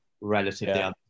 relatively